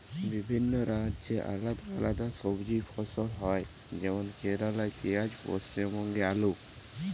বিভিন্ন রাজ্যে আলদা আলদা সবজি ফসল হয় যেমন কেরালাই পিঁয়াজ, পশ্চিমবঙ্গে আলু